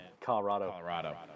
Colorado